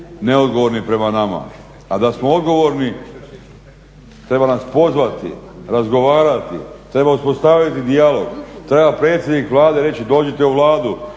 neodgovorni prema nama. A da smo odgovorni, treba nas pozvati, razgovarati, treba uspostaviti dijalog, treba predsjednik Vlade reći dođite u Vladu,